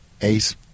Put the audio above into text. ace